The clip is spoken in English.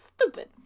stupid